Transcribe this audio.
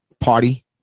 party